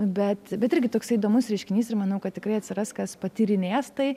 bet bet irgi toksai įdomus reiškinys ir manau kad tikrai atsiras kas patyrinės tai